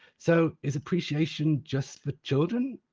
so is appreciation just for children?